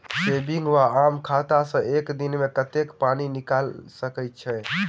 Saving वा आम खाता सँ एक दिनमे कतेक पानि निकाइल सकैत छी?